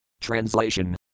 Translation